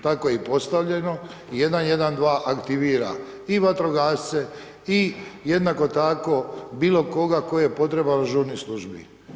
Tako je i postavljeno, 112 aktivira i vatrogasce i jednako tako bilokoga tko je potreban ažurnoj službi.